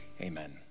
amen